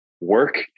work